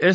S